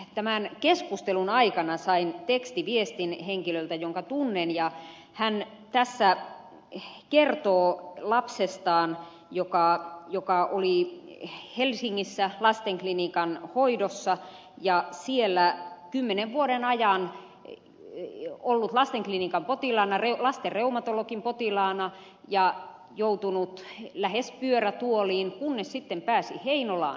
tämän keskustelun aikana sain tekstiviestin henkilöltä jonka tunnen ja hän tässä kertoo lapsestaan joka oli helsingissä lastenklinikan hoidossa ja siellä kymmenen vuoden ajan ollut lastenklinikan potilaana lastenreumatologin potilaana ja joutunut lähes pyörätuoliin kunnes sitten pääsi heinolaan hoidettavaksi